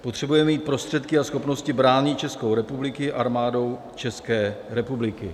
Potřebujeme mít prostředky a schopnosti bránit Českou republiku Armádou České republiky.